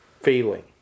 feeling